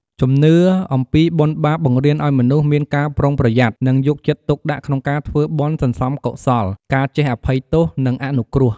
ជំនឿ អំពីបុណ្យបាបបង្រៀនឲ្យមនុស្សមានការប្រុងប្រយ័ត្ន និងយកចិត្តទុកដាក់ក្នុងការធ្វើបុណ្យសន្សំកុសល ការចេះអភ័យទោស និងអនុគ្រោះ។